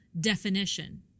definition